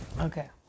Okay